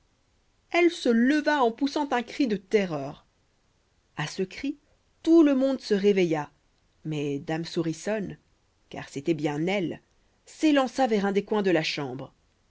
elle se leva en poussant un cri de terreur a ce cri tout le monde se réveilla mais dame souriçonne car c'était bien elle s'élança vers un des coins de la chambre